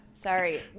Sorry